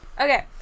Okay